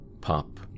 Pop